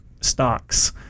stocks